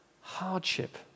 hardship